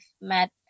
met